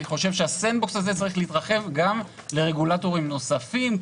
אני חושב שה-Sand box הזה צריך להתרחב גם לרגולטורים נוספים,